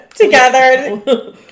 together